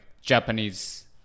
Japanese